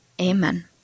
Amen